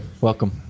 Welcome